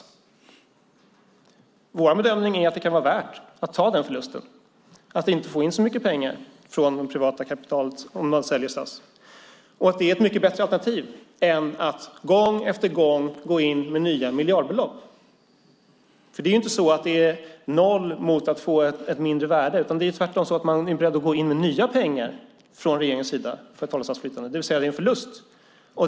Miljöpartiets bedömning är att det kan vara värt att ta den förlusten, att inte få in så mycket pengar från det privata kapitalet om SAS säljs. Det är ett bättre alternativ än att gång efter gång gå in med nya miljardbelopp. Det är inte så att det är fråga om noll mot att få ett mindre värde. Tvärtom är regeringen beredd att gå in med nya pengar för att hålla SAS flytande, det vill säga en förlust.